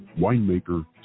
winemaker